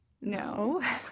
No